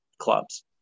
clubs